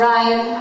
Ryan